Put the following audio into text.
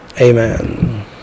Amen